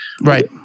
right